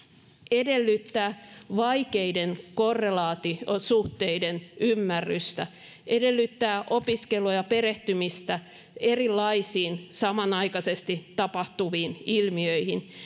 edellyttää vaikeiden korrelaatiosuhteiden ymmärrystä edellyttää opiskelua ja perehtymistä erilaisiin samanaikaisesti tapahtuviin ilmiöihin